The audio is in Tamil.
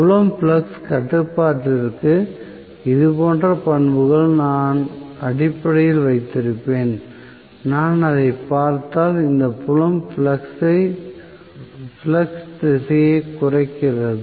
புலம் ஃப்ளக்ஸ் கட்டுப்பாட்டிற்கு இது போன்ற பண்புகளை நான் அடிப்படையில் வைத்திருப்பேன் நான் அதைப் பார்த்தால் இந்த புலம் ஃப்ளக்ஸ் திசையை குறைக்கிறது